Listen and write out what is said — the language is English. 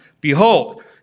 Behold